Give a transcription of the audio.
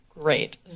great